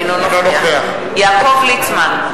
אינו נוכח יעקב ליצמן,